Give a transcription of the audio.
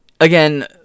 again